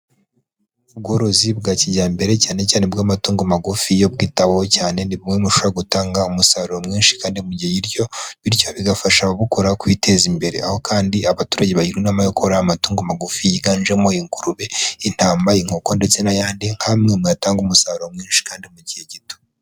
Ubworozi bwa kijyambere cyanecyane ubw'amatungo magufi, iyo bwitaweho cyane ni bu mu bushobora gutanga umusaruro mwinshi kandi mu gihe gito, bityo bigafasha ababukora kwiteza imbere, aho kandi abaturage bagirwa inama yo korora amatungo magufi yiganjemo ingurube, intama, inkoko ndetse n'ayandi, nk'amwe mu yatanga umusaruro mwinshi kandi mu gihe gito.